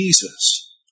Jesus